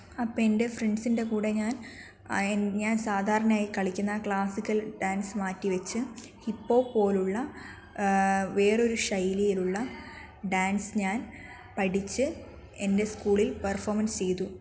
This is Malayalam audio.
അപ്പ എൻ്റെ ഫ്രണ്ട്സിൻ്റെ കൂടെ ഞാൻ സാധാരണയായി കളിക്കുന്ന ക്ലാസിക്കൽ ഡാൻസ് മാറ്റിവച്ച് ഹിപ്പോ പോലുള്ള വേറൊരു ശൈലിയിലുള്ള ഡാൻസ് ഞാൻ പഠിച്ച് എൻ്റെ സ്കൂളിൽ പെർഫോമൻസ് ചെയ്തു